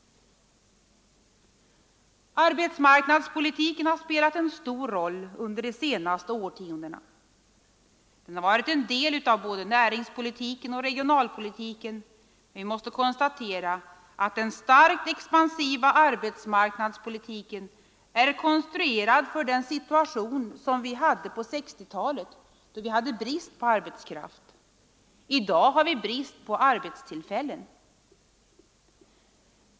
Arbetsmarknadspolitiken har spelat ,en stor roll under de senaste årtiondena. Den har varit en del av både näringspolitiken och regionalpolitiken, men vi måste konstatera att den starkt expansiva arbetsmarknadspolitiken är konstruerad för den situation som vi hade på 1960-talet, då vi hade brist på arbetskraft. I dag har vi brist på arbetstillfällen.